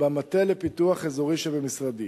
במטה לפיתוח אזורי שבמשרדי.